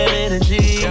energy